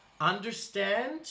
Understand